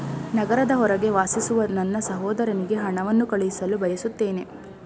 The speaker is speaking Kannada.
ನಗರದ ಹೊರಗೆ ವಾಸಿಸುವ ನನ್ನ ಸಹೋದರನಿಗೆ ಹಣವನ್ನು ಕಳುಹಿಸಲು ಬಯಸುತ್ತೇನೆ